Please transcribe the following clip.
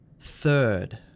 third